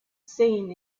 seen